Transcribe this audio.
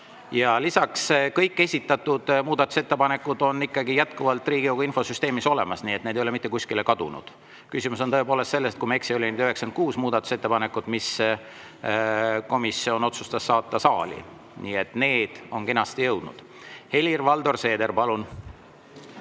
Lisaks, kõik esitatud muudatusettepanekud on jätkuvalt Riigikogu infosüsteemis olemas, need ei ole mitte kuskile kadunud. Küsimus on tõepoolest selles, kui ma ei eksi, et oli 96 muudatusettepanekut, mille komisjon otsustas saali saata. Need on kenasti siia jõudnud. Helir-Valdor Seeder, palun!